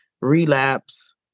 relapse